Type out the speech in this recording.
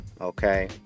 Okay